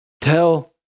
tell